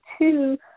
two